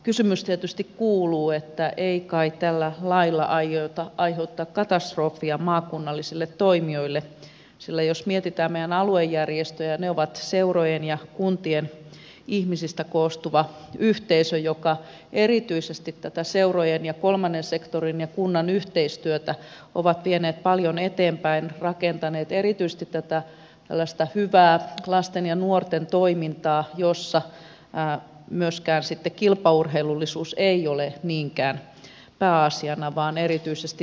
kysymys tietysti kuuluu että ei kai tällä lailla aiota aiheuttaa katastrofia maakunnallisille toimijoille sillä jos mietitään meidän aluejärjestöjä ne ovat seurojen ja kuntien ihmisistä koostuvia yhteisöjä jotka erityisesti tätä seurojen ja kolmannen sektorin ja kunnan yhteistyötä ovat vieneet paljon eteenpäin rakentaneet erityisesti tällaista hyvää lasten ja nuorten toimintaa jossa myöskään sitten kilpaurheilullisuus ei ole niinkään pääasiana vaan erityisesti liikkuminen